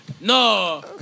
no